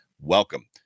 welcome